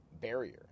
barrier